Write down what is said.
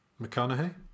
McConaughey